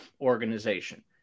Organization